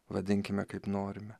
vadinkime kaip norime